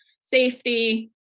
safety